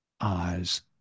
eyes